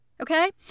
okay